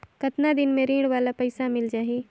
कतना दिन मे ऋण वाला पइसा मिल जाहि?